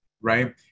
right